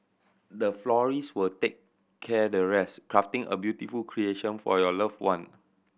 the florist will take care the rest crafting a beautiful creation for your loved one